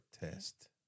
test